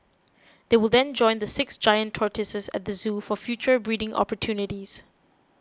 they will then join the six giant tortoises at the zoo for future breeding opportunities